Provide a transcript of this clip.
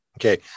Okay